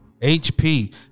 HP